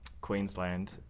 Queensland